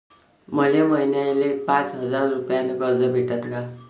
मले महिन्याले पाच हजार रुपयानं कर्ज भेटन का?